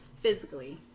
physically